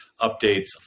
updates